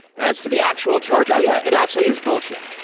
as for the actual charge. oh yeah, it actually is bullshit.